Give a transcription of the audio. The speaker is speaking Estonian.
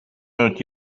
ainult